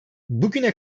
bugüne